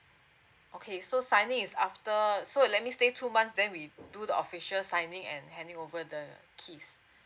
okay so signing is after err so let me stay two months then we do the official signing and any over the kids